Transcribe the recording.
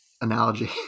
analogy